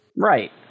Right